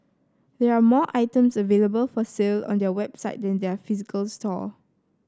there are more items available for sale on their website than their physical store